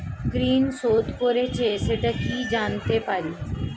ঋণ শোধ করেছে সেটা কি জানতে পারি?